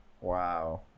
Wow